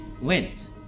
went